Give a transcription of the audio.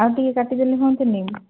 ଆଉ ଟିକେ କାଟିଦେଲେ ହୁଅନ୍ତାନି